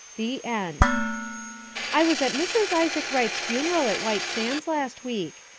the end i was at mrs. isaac wrights funeral at white sands last week.